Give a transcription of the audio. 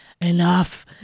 enough